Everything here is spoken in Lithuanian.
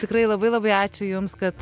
tikrai labai labai ačiū jums kad